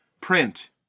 print